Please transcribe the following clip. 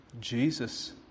Jesus